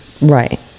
Right